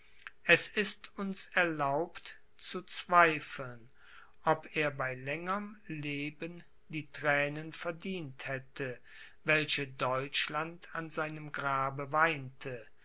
es ist uns erlaubt zu zweifeln ob er bei längerm leben die thränen verdient hätte welche deutschland an seinem grabe weinte